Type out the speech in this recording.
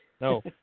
No